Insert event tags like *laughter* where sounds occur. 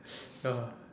*breath* ya